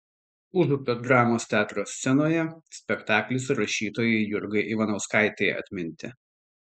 užupio dramos teatro scenoje spektaklis rašytojai jurgai ivanauskaitei atminti